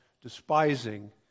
despising